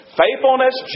faithfulness